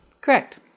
Correct